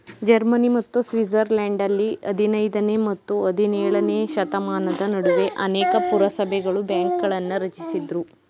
Germany ಮತ್ತು ಸ್ವಿಟ್ಜರ್ಲೆಂಡ್ನಲ್ಲಿ ಹದಿನೈದನೇ ಮತ್ತು ಹದಿನೇಳನೇಶತಮಾನದ ನಡುವೆ ಅನೇಕ ಪುರಸಭೆಗಳು ಬ್ಯಾಂಕ್ಗಳನ್ನ ರಚಿಸಿದ್ರು